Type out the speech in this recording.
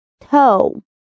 toe